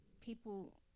people